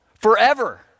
Forever